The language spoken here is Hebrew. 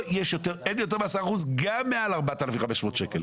גם מעל 4,500 שקלים.